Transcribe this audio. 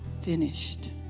finished